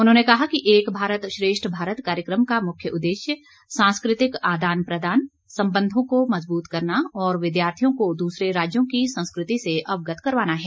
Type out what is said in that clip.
उन्होंने कहा कि एक भारत श्रेष्ठ भारत कार्यक्रम का मुख्य उद्देश्य सांस्कृतिक आदान प्रदान संबंधों को मजबूत करना और विद्यार्थियों को दूसरे राज्यों की संस्कृति से अवगत करवाना है